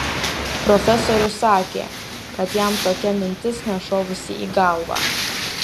profesorius sakė kad jam tokia mintis nešovusi į galvą